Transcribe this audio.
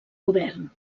govern